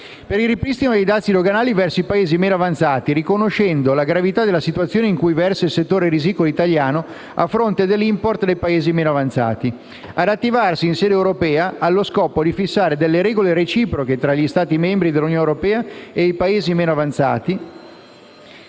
per il ripristino dei dazi doganali verso i Paesi meno avanzati, riconoscendo la gravità della situazione in cui versa il settore risicolo italiano a fronte dell'*import* dai PMA; 2) ad attivarsi in sede europea, allo scopo di fissare regole reciproche tra gli Stati membri dell'Unione europea e i Paesi terzi